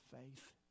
faith